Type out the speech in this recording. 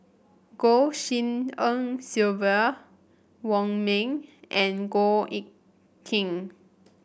Goh Tshin En Sylvia Wong Ming and Goh Eck Kheng